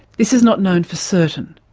this is not known for certain,